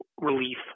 relief